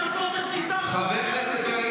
לאסור את הכניסה --- חבר הכנסת קריב,